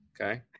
Okay